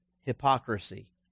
hypocrisy